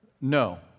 No